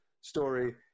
story